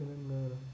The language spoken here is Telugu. తెలంగాణ